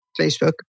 Facebook